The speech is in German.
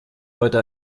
heute